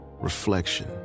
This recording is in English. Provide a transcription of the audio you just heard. reflection